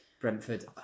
Brentford